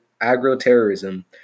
agro-terrorism